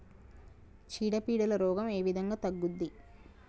చీడ పీడల రోగం ఏ విధంగా తగ్గుద్ది?